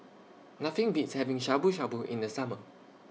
Nothing Beats having Shabu Shabu in The Summer